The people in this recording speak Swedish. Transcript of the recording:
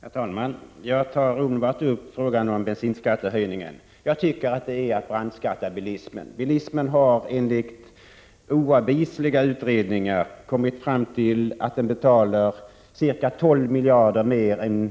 Herr talman! Jag tar omedelbart upp frågan om bensinskattehöjningen. Denna höjning innebär, tycker jag, att man brandskattar bilismen. Enligt oavvisliga utredningar har det visats att bilismen betalar ca 12 miljarder mer